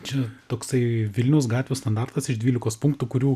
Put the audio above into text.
čia toksai vilniaus gatvių standartas iš dvylikos punktų kurių